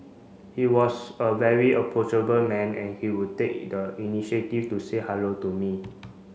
he was a very approachable man and he would take the initiative to say hello to me